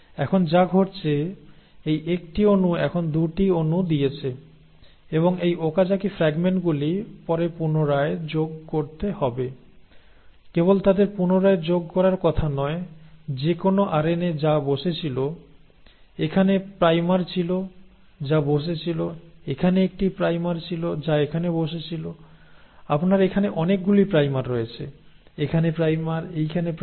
এখন যা ঘটেছে এই একটি অণু এখন 2 টি অণু দিয়েছে এবং এই ওকাজাকি ফ্রাগমেন্টগুলি পরে পুনরায় যোগ করতে হবে কেবল তাদের পুনরায় যোগ করার কথা নয় যেকোনো আরএনএ যা বসেছিল এখানে প্রাইমার ছিল যা বসেছিল এখানে একটি প্রাইমার ছিল যা এখানে বসেছিল আপনার এখানে অনেকগুলি প্রাইমার রয়েছে এখানে প্রাইমার এখানে প্রাইমার